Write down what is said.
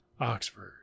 Oxford